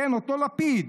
אותו לפיד,